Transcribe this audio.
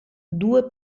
due